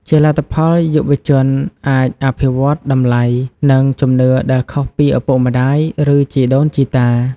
ជាលទ្ធផល យុវជនអាចអភិវឌ្ឍតម្លៃ និងជំនឿដែលខុសពីឪពុកម្តាយ ឬជីដូនជីតា។